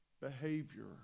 behavior